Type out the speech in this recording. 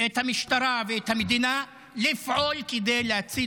את המשטרה ואת המדינה לפעול כדי להציל